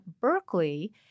Berkeley